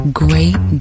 great